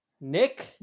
Nick